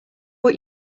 what